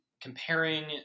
comparing